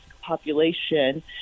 population